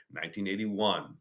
1981